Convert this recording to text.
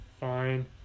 Fine